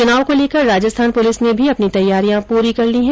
चुनाव को लेकर राजस्थान पुलिस ने भी अपनी तैयारियां पूरी कर ली हैं